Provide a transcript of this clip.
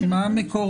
מה מקור